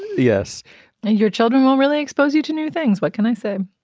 yes. and your children will really expose you to new things. what can i say?